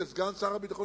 וסגן שר הביטחון,